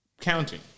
counting